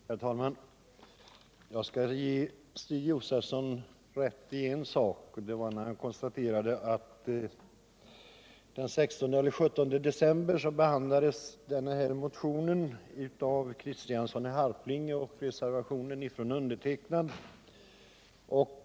Herr talman! Jag skall ge Stig Josefson rätt på en punkt, och det gäller den motion av herr Kristiansson i Harplinge och den reservation av mig som behandlades den 16 eller 17 december.